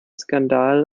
skandal